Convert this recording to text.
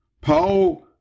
Paul